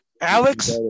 Alex